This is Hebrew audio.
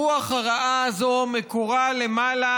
הרוח הרעה הזאת מקורה למעלה,